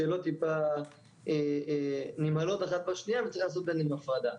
השאלות טיפה נמהלות אחת בשנייה וצריך לעשות ביניהן הפרדה.